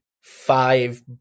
five